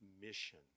mission